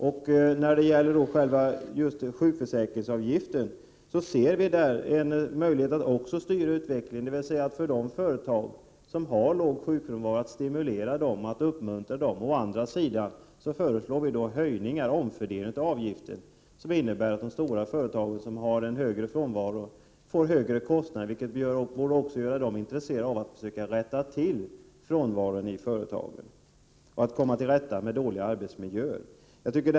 Också i sjukförsäkringsavgiften ser vi en möjlighet att styra utvecklingen, dvs. att stimulera och uppmuntra de företag som har låg sjukfrånvaro. Å andra sidan föreslår vi höjningar eller omfördelningar av avgiften, som innebär att de stora företagen, som har en högre frånvaro, får högre kostnader, vilket borde göra dem intresserade av att försöka minska frånvaron och komma till rätta med dåliga arbetsmiljöer.